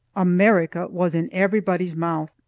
america was in everybody's mouth.